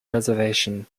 reservation